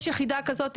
יש יחידה כזאת,